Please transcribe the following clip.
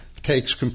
takes